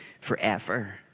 forever